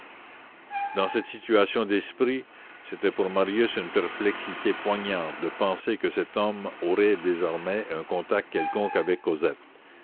dans cette situation d'esprit c'était pour marius une perplexité poignante de penser que cet homme aurait désormais un contact quelconque avec